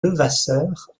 levasseur